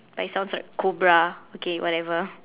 but it sounds like cobra okay whatever